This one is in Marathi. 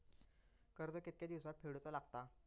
कर्ज कितके दिवसात फेडूचा लागता?